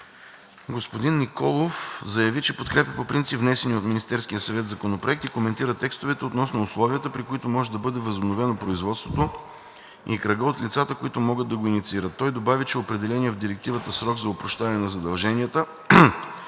Господин Николов заяви, че подкрепя по принцип внесения от Министерския съвет законопроект и коментира текстовете относно условията, при които може да бъде възобновено производството, и кръга от лицата, които могат да го инициират. Той добави, че определеният в директивата срок за опрощаване на задълженията